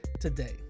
today